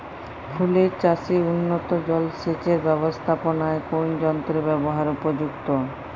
ফুলের চাষে উন্নত জলসেচ এর ব্যাবস্থাপনায় কোন যন্ত্রের ব্যবহার উপযুক্ত?